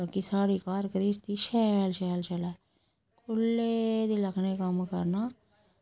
ताकि साढ़ी घर घ्रिस्ती शैल शैल चलै ते खु'ल्लै दिलै कन्नै कम्म करना